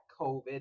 COVID